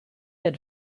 had